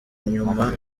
nyuma